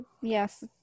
Yes